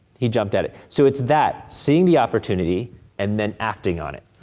he jumped at it. so, it's that, seeing the opportunity and then acting on it.